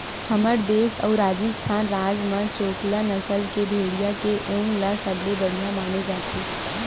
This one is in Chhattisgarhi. हमर देस अउ राजिस्थान राज म चोकला नसल के भेड़िया के ऊन ल सबले बड़िया माने जाथे